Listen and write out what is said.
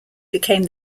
became